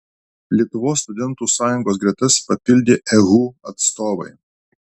lietuvos studentų sąjungos gretas papildė ehu atstovai